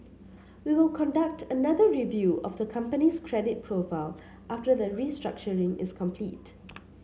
we will conduct another review of the company's credit profile after the restructuring is complete